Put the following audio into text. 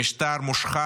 למשטר מושחת,